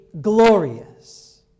glorious